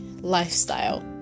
lifestyle